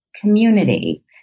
community